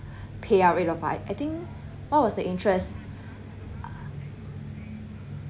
payout rate of five I think what was the interest